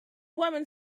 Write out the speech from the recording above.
woman